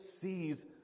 sees